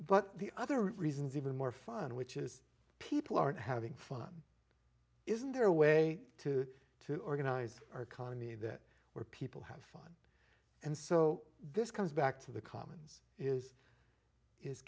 but the other reasons even more fun which is people aren't having fun isn't there a way to to organize our economy that where people have and so this comes back to the commons is is